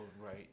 right